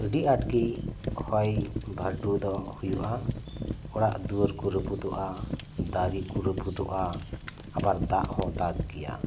ᱟᱹᱰᱤ ᱟᱴ ᱜᱮ ᱦᱤᱭ ᱵᱷᱟᱨᱰᱩ ᱫᱚ ᱦᱩᱭᱩᱜᱼᱟ ᱚᱲᱟᱜ ᱫᱩᱭᱟᱹᱨ ᱠᱚ ᱨᱟᱹᱯᱩᱫᱚᱜᱼᱟ ᱫᱟᱨᱮ ᱠᱚ ᱨᱟᱹᱯᱩᱫᱚᱜᱼᱟ ᱟᱵᱟᱨ ᱫᱟᱜ ᱦᱚᱸ ᱫᱟᱜ ᱜᱮᱭᱟ